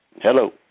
Hello